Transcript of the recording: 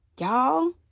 Y'all